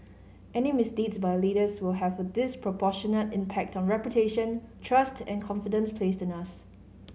any misdeeds by leaders will have a disproportionate impact on reputation trust and confidence placed in us